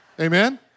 Amen